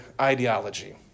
ideology